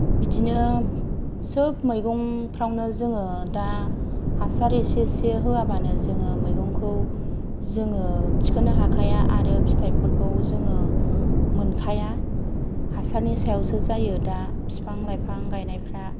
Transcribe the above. बिदिनो सोब मैगंफ्रावनो जोङो दा हासार इसे इसे होआबानो जोङो मैगंखौ जोङो थिखोनो हाखाया आरो फिथायफोरखौ जोङो मोनखाया हासारनि सायावसो जायो दा बिफां लाइफां गायनायफ्रा